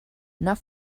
not